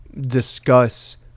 discuss